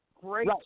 great